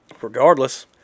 regardless –